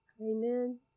Amen